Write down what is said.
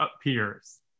appears